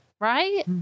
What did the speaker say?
Right